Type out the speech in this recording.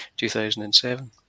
2007